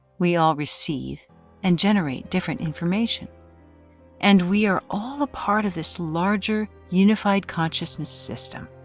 we all receive and generate different information and we are all a part of this larger unified consciousness system.